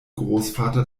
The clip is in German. großvater